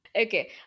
Okay